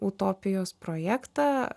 utopijos projektą